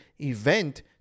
event